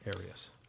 areas